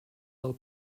del